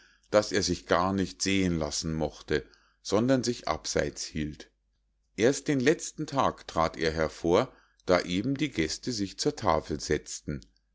daß er sich gar nicht sehen lassen mochte sondern sich abseits hielt erst den letzten tag trat er hervor da eben die gäste sich zur tafel setzten